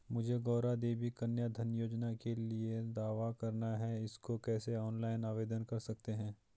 मुझे गौरा देवी कन्या धन योजना के लिए दावा करना है इसको कैसे ऑनलाइन आवेदन कर सकते हैं?